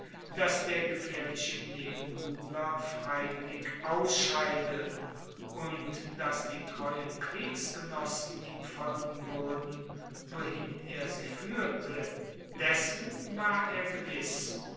dass der gefaehrliche nebenbuhler freiwillig ausscheide und dass die treuen kriegsgenossen ihm folgen wuerden wohin er sie fuehrte dessen war er gewiss